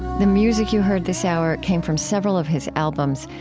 the music you heard this hour came from several of his albums,